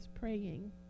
praying